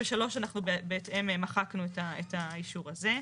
וב-3 אנחנו בהתאם מחקנו את האישור זה.